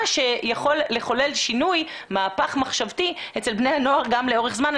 שיכול לחולל שינוי ומהפך מחשבתי אצל בני הנוער גם לאורך זמן.